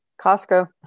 Costco